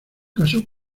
casó